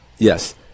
Yes